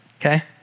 okay